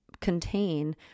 contain